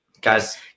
Guys